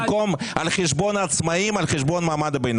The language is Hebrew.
"הממונה"